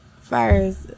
first